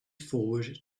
forward